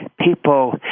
people